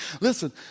Listen